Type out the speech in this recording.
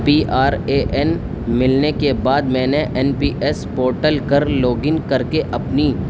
P R A N ملنے کے بعد میں نے این پی ایس پورٹل پر لاگن کر کے اپنی